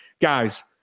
Guys